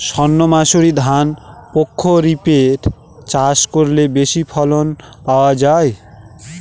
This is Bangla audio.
সর্ণমাসুরি ধান প্রক্ষরিপে চাষ করলে বেশি ফলন পাওয়া যায়?